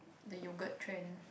the yogurt trend